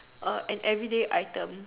err an everyday item